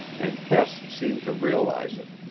and hess seemed to realize it,